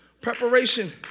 preparation